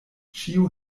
ĉiu